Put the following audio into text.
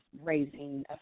raising